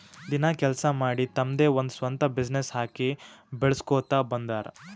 ದಿನ ಕೆಲ್ಸಾ ಮಾಡಿ ತಮ್ದೆ ಒಂದ್ ಸ್ವಂತ ಬಿಸಿನ್ನೆಸ್ ಹಾಕಿ ಬೆಳುಸ್ಕೋತಾ ಬಂದಾರ್